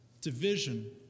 division